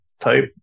type